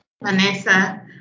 Vanessa